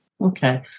Okay